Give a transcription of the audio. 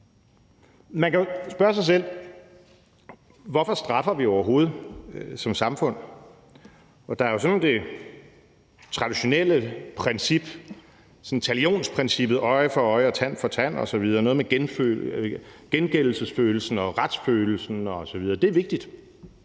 Man kan jo spørge sig selv, hvorfor vi som samfund overhovedet straffer. Der er jo det sådan traditionelle princip, talionsprincippet: øje for øje og tand for tand osv., og det er noget med gengældelsesfølelsen og retsfølelsen osv. Det er vigtigt;